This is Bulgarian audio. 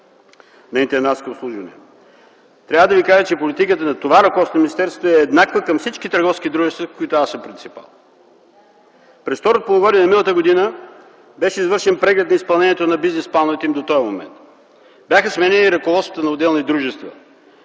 на „Интендантско обслужване”? Трябва да Ви кажа, че политиката на това ръководство на министерството е еднаква към всички търговски дружества, на които аз съм принципал. През второто полугодие на миналата година беше извършен преглед на изпълнението на бизнесплановете им до този момент. Бяха сменени ръководствата на отделни дружества,